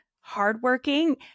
hardworking